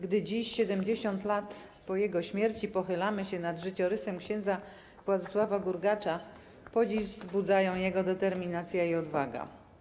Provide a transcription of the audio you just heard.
Gdy dziś, 70 lat po jego śmierci, pochylamy się nad życiorysem ks. Władysława Gurgacza podziw wzbudzają jego determinacja i odwaga.